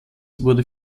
wurde